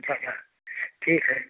अच्छा अच्छा ठीक है